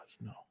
No